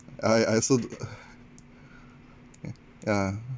I I also yeah